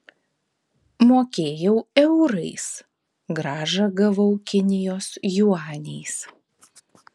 mokėjau eurais grąžą gavau kinijos juaniais